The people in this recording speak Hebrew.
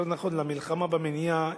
יותר נכון המלחמה על-ידי מניעה,